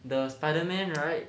the spider-man right